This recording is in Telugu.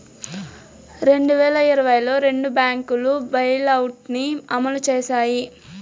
రెండు వేల ఇరవైలో రెండు బ్యాంకులు బెయిలౌట్ ని అమలు చేశాయి